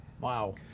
wow